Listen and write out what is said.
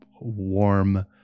warm